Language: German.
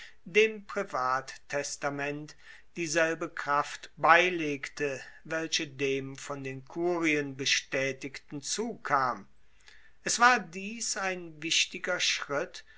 dem privattestament dieselbe kraft beilegte welche dem von den kurien bestaetigten zukam es war dies ein wichtiger schritt